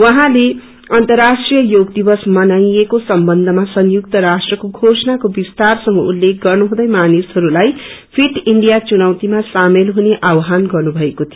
उहाँले अर्न्तराष्ट्रिय योग दिवस मनाईएको सम्बन्धमा संयुक्त राष्ट्रको घोषणाको विस्तारसंग उल्लेख गर्नुहँदै मानिसहरूलाई फिट ईण्डिया चुनौतीमा शामेल हुने आव्हान गर्नुभएको थियो